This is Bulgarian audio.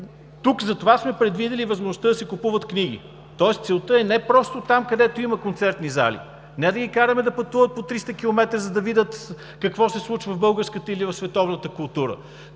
Тук затова сме предвидили възможността да се купуват книги, тоест целта е не просто там, където има концертни зали, не да ги караме да пътуват по 300 километра, за да видят какво се случва в българската или в световната култура,